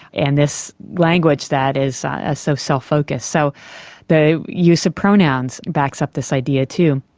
and this language that is ah so self-focused. so the use of pronouns backs up this idea too.